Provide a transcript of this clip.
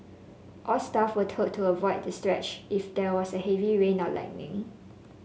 all staff were told to avoid that stretch if there was a heavy rain or lightning